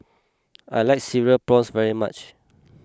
I like Cereal Prawns very much